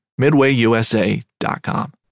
MidwayUSA.com